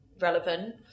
relevant